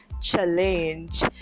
challenge